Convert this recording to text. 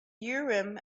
urim